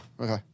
okay